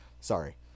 Sorry